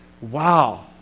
wow